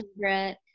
favorite